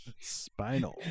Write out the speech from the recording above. spinal